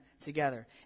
together